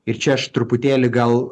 ir čia aš truputėlį gal